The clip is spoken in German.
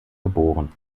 geboren